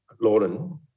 Lauren